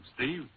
Steve